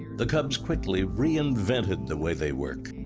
the cubs quickly reinvented the way they work,